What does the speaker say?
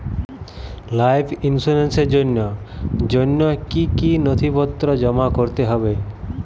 Life ইন্সুরেন্সর জন্য জন্য কি কি নথিপত্র জমা করতে হবে?